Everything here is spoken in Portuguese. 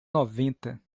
noventa